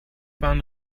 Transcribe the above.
bahn